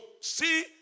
see